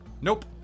Nope